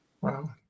wow